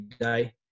day